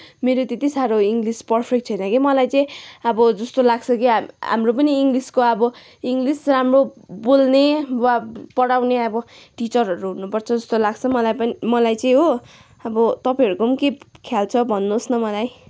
मेरो त्यत्ति साह्रो इङ्गलिस पर्फेक्ट छैन के मलाई चाहिँ अब जस्तो लाग्छ कि हाम्रो पनि इङ्गलिसको अब इङ्गलिस राम्रो बोल्ने वा पढाउने अब टिचरहरू हुनुपर्छ जस्तो लाग्छ मलाई पनि मलाई चाहिँ हो अब तपाईँहरूको पनि के ख्याल छ भन्नुहोस् न मलाई